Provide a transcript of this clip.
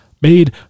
made